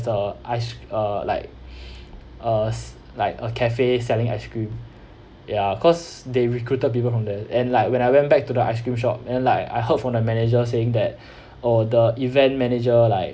uh ice uh like uh like a cafe selling ice cream ya cause they recruited people from there and like when I went back to the ice cream shop and then like I heard from the manager saying that oh the event manager like